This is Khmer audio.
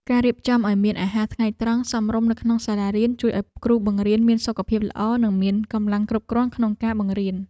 ការរៀបចំឱ្យមានអាហារថ្ងៃត្រង់សមរម្យនៅក្នុងសាលារៀនជួយឱ្យគ្រូបង្រៀនមានសុខភាពល្អនិងមានកម្លាំងគ្រប់គ្រាន់ក្នុងការបង្រៀន។